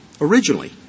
originally